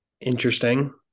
Interesting